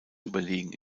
überlegen